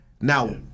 Now